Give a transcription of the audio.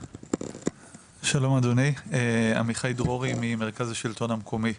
שלום אדוני, אני ממרכז השלטון המקומי.